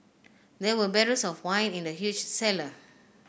there were barrels of wine in the huge cellar